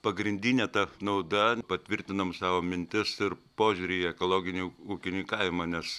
pagrindinė ta nauda patvirtinom savo mintis ir požiūrį į ekologinį ūkinykavimą nes